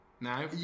now